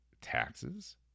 taxes